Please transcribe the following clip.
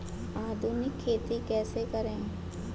आधुनिक खेती कैसे करें?